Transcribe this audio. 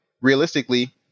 realistically